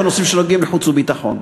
בנושאים שנוגעים לחוץ וביטחון.